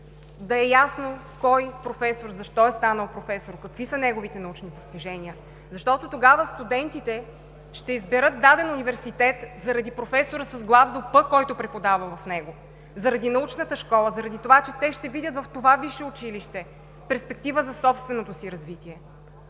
Да е ясно кой професор защо е станал професор, какви са неговите научни постижения? Защото тогава студентите ще изберат даден университет заради професора с главно „П“, който преподава в него, заради научната школа, заради това че те ще видят в това висше училище перспектива за собственото си развитие.